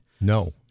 No